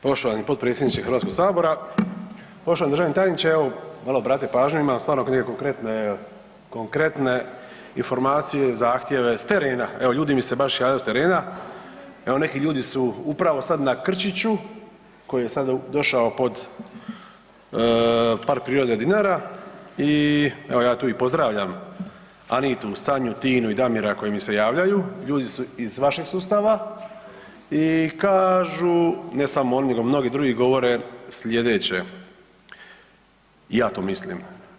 Poštovani potpredsjedniče Hrvatskog sabora, poštovani državni tajniče, evo malo obratite pažnju evo imam stvarno neke konkretne evo, konkretne informacije i zahtjeve s terena, evo ljudi mi se baš javljaju s terena, evo neki ljudi su upravo sad na Krčiću koji je sad došao pod Park prirode Dinara i evo ja tu i pozdravljam Anitu, Sanju, Tinu i Damira koji mi se javljaju, ljudi su iz vašeg sustava i kažu ne samo oni nego mnogi drugi govore slijedeće i ja to mislim.